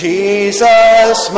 Jesus